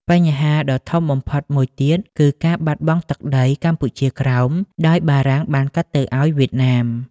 បញ្ហាដ៏ធំបំផុតមួយទៀតគឺការបាត់បង់ទឹកដី កម្ពុជាក្រោមដោយបារាំងបានកាត់ទៅអោយវៀតណាម។